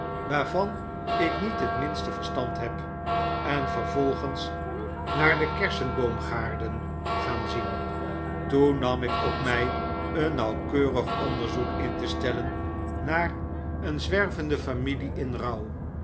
van ik niet het minste verstand heb en vervolgens naar de kersenboomgaarden gaan zien toen nam ik op mg een nauwkeurig onderzoek in te stellen naar een zwervende familie in